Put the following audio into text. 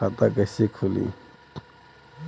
खाता कईसे खुली?